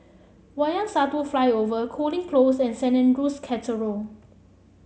Wayang Satu Flyover Cooling Close and Saint Andrew's Cathedral